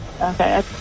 Okay